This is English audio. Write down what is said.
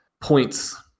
points